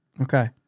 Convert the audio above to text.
Okay